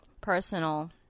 personal